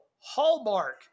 Hallmark